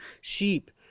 sheep